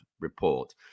report